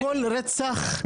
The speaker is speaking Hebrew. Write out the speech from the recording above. אנחנו מגנים כל רצח של בן אדם.